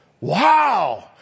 Wow